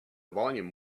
volume